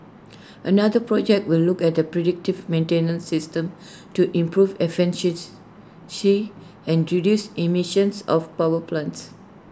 another project will look at the predictive maintenance system to improve efficiency she and reduce emissions of power plants